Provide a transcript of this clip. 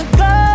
go